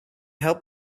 help